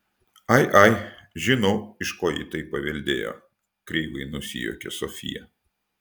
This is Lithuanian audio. ai ai žinau iš ko ji tai paveldėjo kreivai nusijuokė sofija